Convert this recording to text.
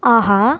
ஆஹா